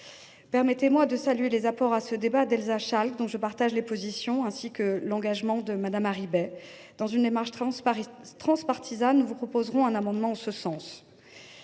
à cet égard, je salue les apports à ce débat d’Elsa Schalck, dont je partage les positions, ainsi que l’engagement de Laurence Harribey. Dans une démarche transpartisane, nous vous proposerons un amendement en ce sens.